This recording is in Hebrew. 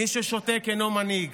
מי ששותק אינו מנהיג.